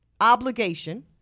obligation